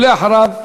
ואחריו,